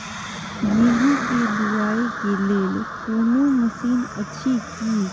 गेहूँ के बुआई के लेल कोनो मसीन अछि की?